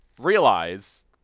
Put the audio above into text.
Realize